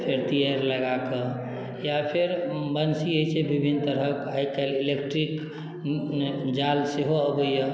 फेर तियाइर लगा कऽ या फेर बंसी होइ छै विभिन्न तरहक आइ काल्हि इलेक्ट्रिक जाल सेहो अबैए